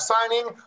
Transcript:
signing